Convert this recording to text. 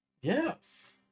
Yes